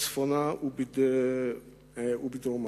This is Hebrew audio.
בצפונה ובדרומה.